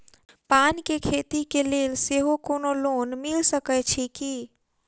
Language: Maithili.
पान केँ खेती केँ लेल सेहो कोनो लोन मिल सकै छी की?